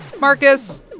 Marcus